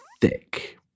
thick